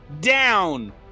down